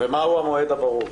מהו המועד הברור?